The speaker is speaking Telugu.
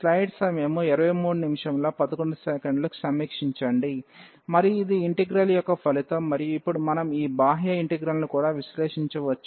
కాబట్టి I120axln⁡xadx మరియు ఇది ఇంటిగ్రల్ యొక్క ఫలితం మరియు ఇప్పుడు మనం ఈ బాహ్య ఇంటిగ్రల్ను కూడా విశ్లేషించవచ్చు